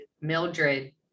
Mildred